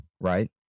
Right